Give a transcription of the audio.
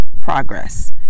progress